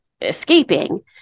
escaping